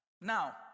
Now